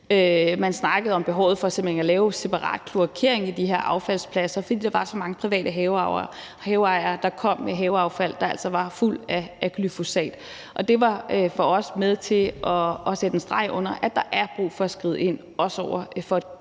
Man snakkede om behovet for simpelt hen at lave separat kloakering på de her affaldspladser, fordi der var så mange private haveejere, der kom med haveaffald, der altså var fuld af glyfosat. Det var for os med til at sætte en streg under, at der er brug for at skride ind, også over for